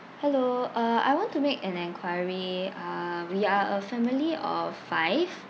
hello uh I want to make an enquiry uh we are a family of five